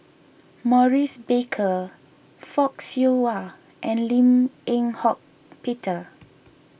Maurice Baker Fock Siew Wah and Lim Eng Hock Peter